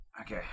Okay